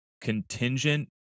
contingent